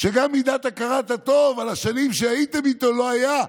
שגם מידת הכרת הטוב על השנים שהייתם איתו לא הייתה,